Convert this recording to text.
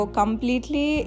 completely